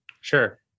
Sure